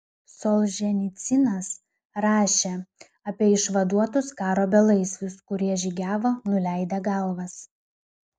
solženicynas rašė apie išvaduotus karo belaisvius kurie žygiavo nuleidę galvas